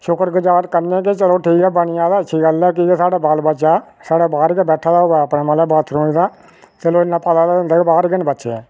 शुक्रगुजार करने आं कि चलो ठीक ऐ बनी जा ते अच्छी गल्ल ऐ की के साढ़ा बाल बच्चा स्हाड़ा बाहर के बैठे दा होवे अपने मतलब बाथरूम चलो इन्ना पता ते हुंदा की बाहर के न बच्चे